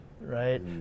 right